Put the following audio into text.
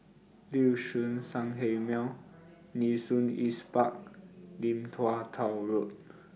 Liuxun Sanhemiao Nee Soon East Park and Lim Tua Tow Road